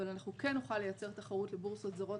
אבל כן נוכל לייצר תחרות לבורסות זרות